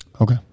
Okay